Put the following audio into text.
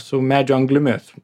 su medžio anglimis